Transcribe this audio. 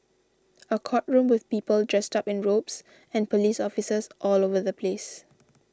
a courtroom with people dressed up in robes and police officers all over the place